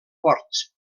ports